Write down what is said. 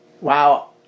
wow